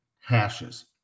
hashes